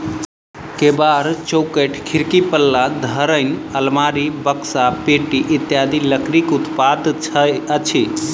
केबाड़, चौखटि, खिड़कीक पल्ला, धरनि, आलमारी, बकसा, पेटी इत्यादि लकड़ीक उत्पाद अछि